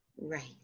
Right